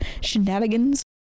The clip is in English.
shenanigans